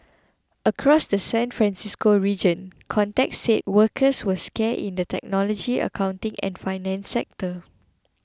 across the San Francisco region contacts said workers were scarce in the technology accounting and finance sectors